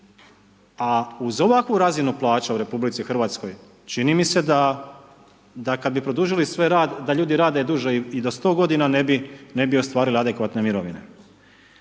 a uz ovakvu razinu plaća u Republici Hrvatskoj, čini mi se da, da kad bi produžili svoj rad da ljudi rade duže i da 100 godina ne bi, ne bi ostvarili adekvatne mirovine.